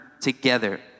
together